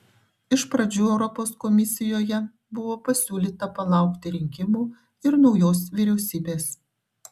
iš pradžių europos komisijoje buvo pasiūlyta palaukti rinkimų ir naujos vyriausybės